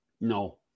No